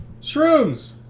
shrooms